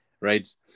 Right